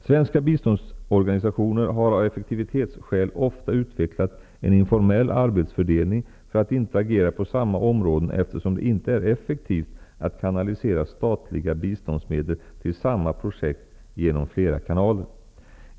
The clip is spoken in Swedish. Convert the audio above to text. Svenska biståndsorganisationer har av effektivitetsskäl ofta utvecklat en informell arbetsfördelning för att inte agera på samma områden, eftersom det inte är effektivt att kanalisera statliga biståndsmedel till samma projekt genom flera kanaler.